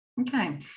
Okay